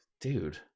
Dude